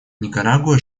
никарагуа